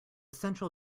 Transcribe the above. central